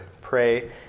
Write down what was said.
pray